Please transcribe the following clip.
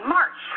March